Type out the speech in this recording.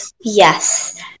Yes